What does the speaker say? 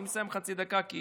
אני מסיים, חצי דקה, כי